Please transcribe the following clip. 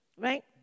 right